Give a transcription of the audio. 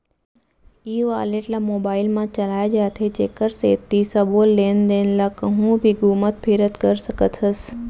ई wallet ल mobile म चलाए जाथे जेकर सेती सबो लेन देन ल कहूँ भी घुमत फिरत कर सकत हस